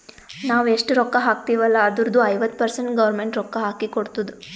ನಾವ್ ಎಷ್ಟ ರೊಕ್ಕಾ ಹಾಕ್ತಿವ್ ಅಲ್ಲ ಅದುರ್ದು ಐವತ್ತ ಪರ್ಸೆಂಟ್ ಗೌರ್ಮೆಂಟ್ ರೊಕ್ಕಾ ಹಾಕಿ ಕೊಡ್ತುದ್